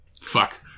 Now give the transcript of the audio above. Fuck